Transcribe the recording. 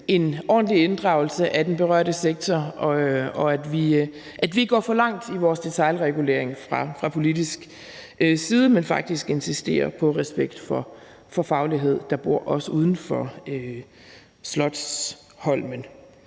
en ordentlig inddragelse af den berørte sektor, og at vi ikke går for langt i vores detailregulering fra politisk side, men faktisk insisterer på respekt for den faglighed, der bor også uden for Slotsholmen.